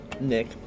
Nick